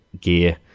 gear